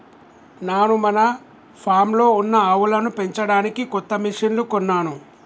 నాను మన ఫామ్లో ఉన్న ఆవులను పెంచడానికి కొత్త మిషిన్లు కొన్నాను